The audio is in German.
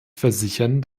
versichern